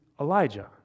Elijah